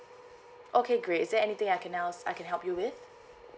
okay great is there anything I can else I can help you with